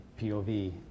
POV